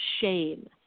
shame